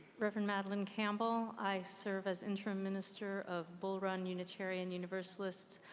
reverend madelyn campbell. i serve as interim minister of bull run unitarian universalist.